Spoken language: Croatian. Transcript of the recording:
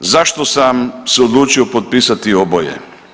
Zašto sam se odlučio potpisati oboje?